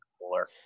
cooler